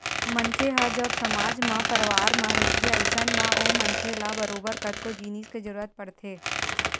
मनखे ह जब समाज म परवार म रहिथे अइसन म ओ मनखे ल बरोबर कतको जिनिस के जरुरत पड़थे